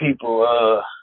people